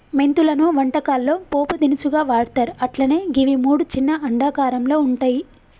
మెంతులను వంటకాల్లో పోపు దినుసుగా వాడ్తర్ అట్లనే గివి మూడు చిన్న అండాకారంలో వుంటయి